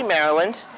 Maryland